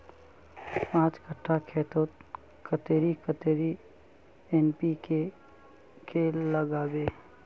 पाँच कट्ठा खेतोत कतेरी कतेरी एन.पी.के के लागबे?